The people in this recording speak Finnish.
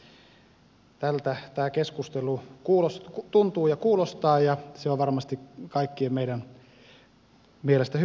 tältä tämä keskustelu tuntuu ja kuulostaa ja se on varmasti kaikkien meidän mielestä hyvä asia